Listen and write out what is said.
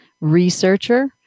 researcher